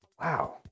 Wow